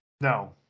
No